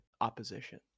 opposition